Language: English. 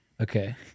Okay